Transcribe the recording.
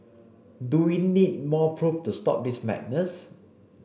do we need more proof to stop this madness